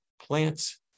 Plants